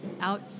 out